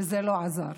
וזה לא עזר.